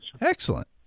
Excellent